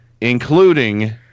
including